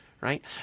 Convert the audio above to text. right